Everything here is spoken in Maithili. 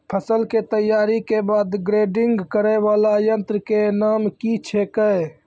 फसल के तैयारी के बाद ग्रेडिंग करै वाला यंत्र के नाम की छेकै?